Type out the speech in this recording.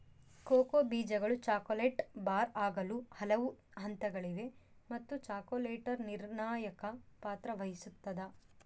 cocoa ಬೀಜಗಳು chocolate bar ಆಗಲು ಹಲವು ಹಂತಗಳಿವೆ ಮತ್ತು ಚಾಕೊಲೇಟರ್ ನಿರ್ಣಾಯಕ ಪಾತ್ರ ವಹಿಸುತ್ತದ